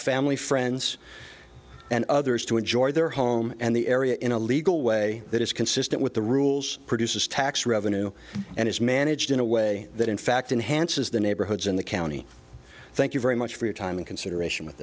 family friends and others to enjoy their home and the area in a legal way that is consistent with the rules produces tax revenue and is managed in a way that in fact enhances the neighborhoods in the county thank you very much for your time and consideration with